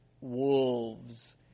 wolves